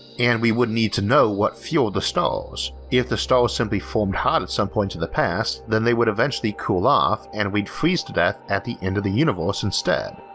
and we would need to know what fueled the stars. if the stars simply formed hot at some point in the past, then they would eventually cool off and we'd freeze to death at the end of the universe instead.